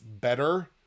better